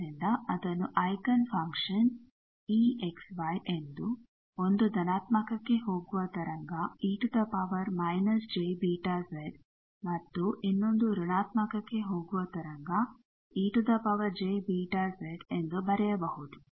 ಆದ್ದರಿಂದ ಅದನ್ನು eigen function e xy ಎಂದು 1 ಧನಾತ್ಮಕಕ್ಕೆ ಹೋಗುವ ತರಂಗ e j𝞫z ಮತ್ತು ಇನ್ನೊಂದು ಋಣಾತ್ಮಕಕ್ಕೆ ಹೋಗುವ ತರಂಗ ej𝞫z ಎಂದು ಬರೆಯಬಹುದು